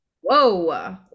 Whoa